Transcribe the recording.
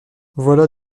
voilà